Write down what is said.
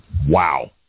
Wow